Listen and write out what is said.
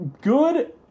good